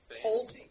hold